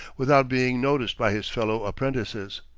without being noticed by his fellow-apprentices.